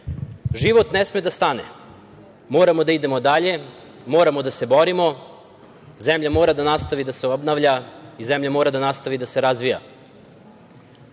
ne sme da stane, moramo da idemo dalje, moramo da se borimo, zemlja mora da nastavi da se obnavlja i zemlja mora da nastavi da se razvija.